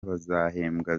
bazahembwa